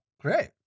Great